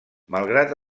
malgrat